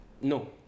No